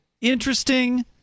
interesting